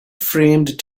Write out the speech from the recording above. framed